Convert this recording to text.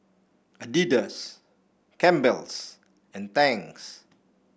Adidas Campbell's and Tangs